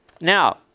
Now